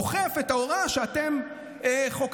אוכף את ההוראה שאתם חוקקתם.